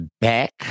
back